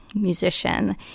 musician